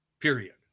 period